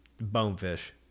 Bonefish